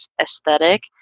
aesthetic